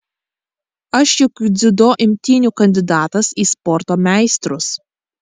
aš juk dziudo imtynių kandidatas į sporto meistrus